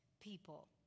people